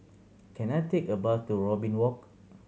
can I take a bus to Robin Walk